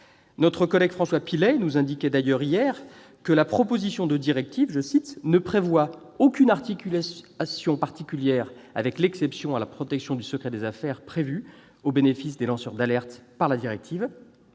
Notre collègue François Pillet nous indiquait d'ailleurs hier que « la proposition de directive ne prévoit aucune articulation particulière avec l'exception à la protection du secret des affaires prévue au bénéfice des lanceurs d'alerte par la directive »